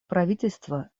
правительство